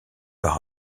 par